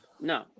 No